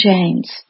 James